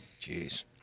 Jeez